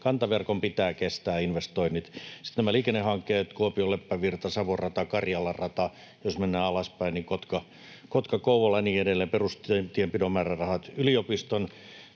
kantaverkon pitää kestää investoinnit. Sitten ovat nämä liikennehankkeet: Kuopio, Leppävirta, Savon rata, Karjalan rata, ja jos mennään alaspäin, niin Kotka, Kouvola ja niin edelleen. Perustienpidon määrärahat. Yliopiston